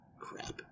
crap